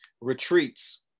Retreats